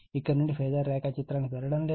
ఇక్కడ నుండి ఫేజార్ రేఖాచిత్రానికి వెళ్ళడం లేదు